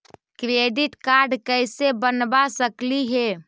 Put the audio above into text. Credit card कैसे बनबा सकली हे?